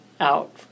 out